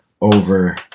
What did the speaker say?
over